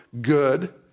good